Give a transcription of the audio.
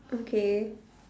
okay